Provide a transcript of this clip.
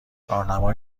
راهنمای